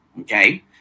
okay